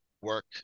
work